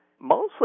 mostly